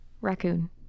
Raccoon